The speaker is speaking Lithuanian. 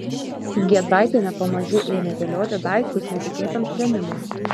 giedraitienė pamaži ėmė dėlioti daiktus netikėtam trėmimui